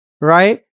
Right